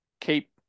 keep